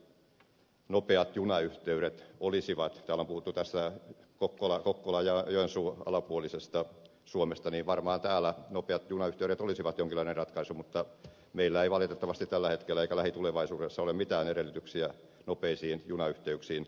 totta kai nopeat junayhteydet olisivat jonkinlainen ratkaisu täällä on puhuttu tästä kokkolan ja joensuun alapuolisesta suomesta niin varmaan täällä nopeat junayhteydet olisivat jonkinlainen ratkaisu mutta meillä ei valitettavasti tällä hetkellä eikä lähitulevaisuudessa ole mitään edellytyksiä nopeisiin junayhteyksiin